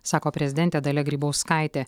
sako prezidentė dalia grybauskaitė